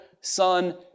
Son